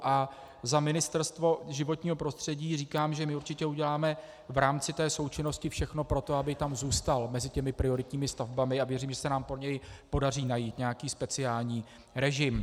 A za Ministerstvo životního prostředí říkám, že my určitě uděláme v rámci té součinnosti všechno pro to, aby zůstal mezi těmi prioritními stavbami, a věřím, že se nám pro něj podaří najít nějaký speciální režim.